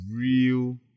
real